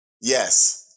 Yes